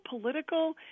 political